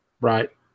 Right